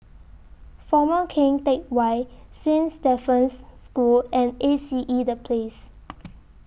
Former Keng Teck Whay Saint Stephen's School and A C E The Place